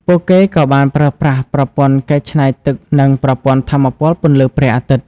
ពួកគេក៏បានប្រើប្រាស់ប្រព័ន្ធកែច្នៃទឹកនិងប្រព័ន្ធថាមពលពន្លឺព្រះអាទិត្យ។